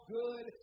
good